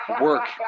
work